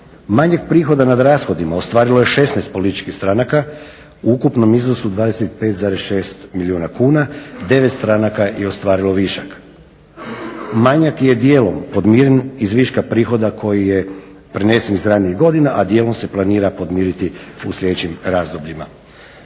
Manjeg prihoda nad rashodima ostvarilo je 16 političkih stranaka u ukupnom iznosu 25,6 milijuna kuna, 9 stranaka je ostvarilo višak. Manjak je dijelom podmiren iz viška prihoda koji je prenesen iz ranijih godina, a dijelom se planira podmiriti u sljedećim razdobljima.